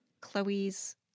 Chloe's